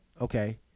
Okay